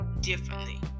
differently